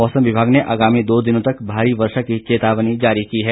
मौसम विभाग ने आगामी दो दिनों तक भारी वर्षा की चेतावनी जारी की है